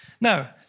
Now